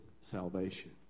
salvation